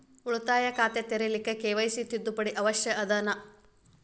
ಉಳಿತಾಯ ಖಾತೆ ತೆರಿಲಿಕ್ಕೆ ಕೆ.ವೈ.ಸಿ ತಿದ್ದುಪಡಿ ಅವಶ್ಯ ಅದನಾ?